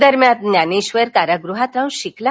दरम्यान ज्ञानेश्वर कारागृहात राहन शिकला